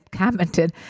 commented